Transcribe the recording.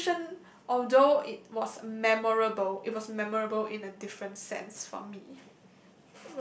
tuition although it was memorable it was memorable in a different sense for me